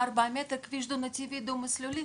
24 מטר, כביש דו נתיבי ודו מסלולי